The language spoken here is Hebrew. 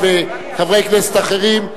התש"ע 2010,